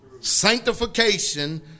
sanctification